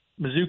Mizzou